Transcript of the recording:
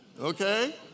okay